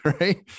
right